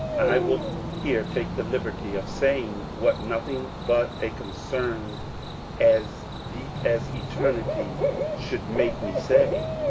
i will here take the liberty of saying what nothing but a concern as deep as eternity should make me say.